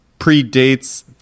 predates